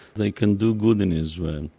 they can do good in israel